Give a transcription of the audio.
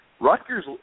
Rutgers